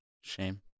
Shame